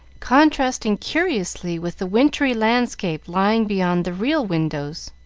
contrasting curiously with the wintry landscape lying beyond the real windows,